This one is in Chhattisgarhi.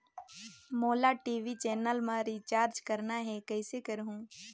मोला टी.वी चैनल मा रिचार्ज करना हे, कइसे करहुँ?